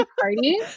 party